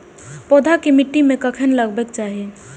पौधा के मिट्टी में कखेन लगबाके चाहि?